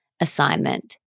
assignment